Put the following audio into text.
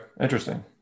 Interesting